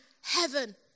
heaven